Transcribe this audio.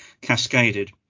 cascaded